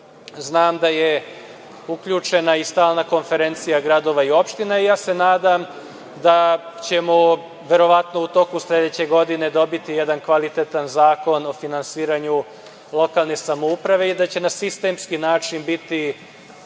Znam da je uključena i Stalna konferencija gradova i opština. Nadam se da ćemo verovatno u toku sledeće godine dobiti jedan kvalitetan zakon o finansiranju lokalne samouprave i da će na sistemski način biti